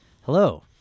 hello